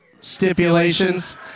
stipulations